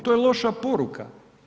To je loša poruka.